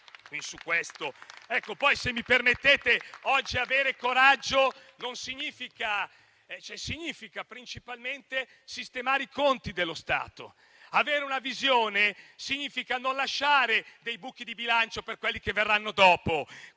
Poi, se mi permettete, oggi avere coraggio significa principalmente sistemare i conti dello Stato. Avere una visione significa non lasciare dei buchi di bilancio per quelli che verranno dopo.